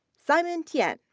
simon tian.